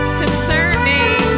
concerning